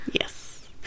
Yes